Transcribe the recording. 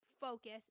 focus